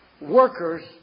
workers